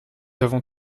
avons